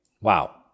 wow